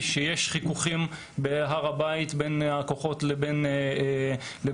בו יש חיכוכים בהר הבית בין הכוחות לבין המתפללים.